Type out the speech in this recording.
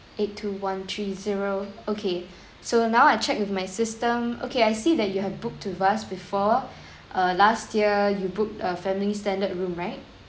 eight two one three zero okay so now I check with my system okay I see that you have booked to us before uh last year you book a family standard room right